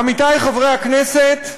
עמיתי חברי הכנסת,